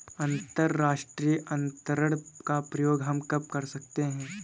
अंतर्राष्ट्रीय अंतरण का प्रयोग हम कब कर सकते हैं?